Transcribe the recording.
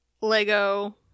Lego